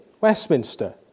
Westminster